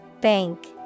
Bank